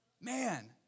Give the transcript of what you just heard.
Man